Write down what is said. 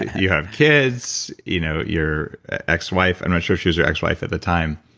you have kids, you know your ex wife, and i'm sure she was your ex wife at the time.